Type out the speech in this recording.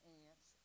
aunts